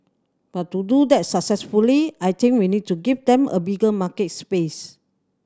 but to do that successfully I think we need to give them a bigger market space